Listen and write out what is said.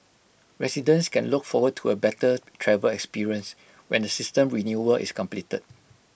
residents can look forward to A better travel experience when the system renewal is completed